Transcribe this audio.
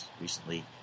recently